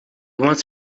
wants